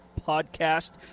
podcast